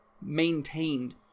maintained